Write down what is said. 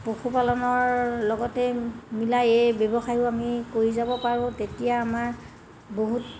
পশুপালনৰ লগতেই মিলাই এই ব্যৱসায়ো আমি কৰি যাব পাৰোঁ তেতিয়া আমাৰ বহুত